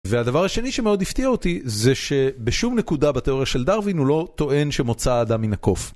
והדבר השני שמאוד הפתיע אותי, זה שבשום נקודה בתיאוריה של דרווין הוא לא טוען שמוצא האדם מן הקוף.